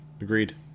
agreed